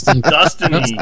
Dustin